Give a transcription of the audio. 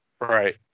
Right